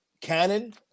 canon